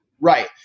Right